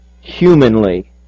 humanly